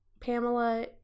Pamela